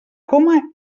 coma